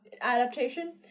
adaptation